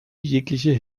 jegliche